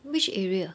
which area